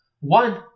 One